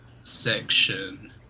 section